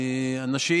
אנשים